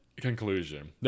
conclusion